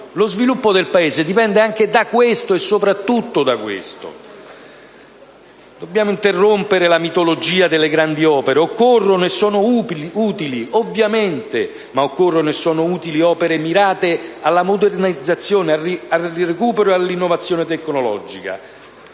lo sviluppo del Paese dipende anche e soprattutto da questo. Dobbiamo interrompere la mitologia delle grandi opere: occorrono e sono utili, ovviamente, ma occorrono e sono utili opere mirate alla modernizzazione, al recupero e all'innovazione tecnologica.